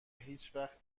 هیچوقت